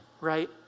right